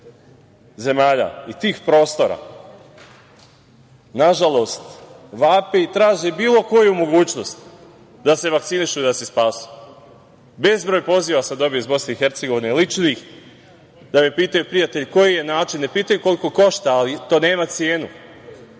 zemalja i tih prostora, nažalost, vape i traže bilo koju mogućnost da se vakcinišu i da se spasu. Bezbroj poziva sam dobio iz Bosne i Hercegovine, ličnih, da me pitaju prijatelji koji je način, ne pitaju koliko košta, ali to nema cenu,